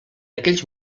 aquells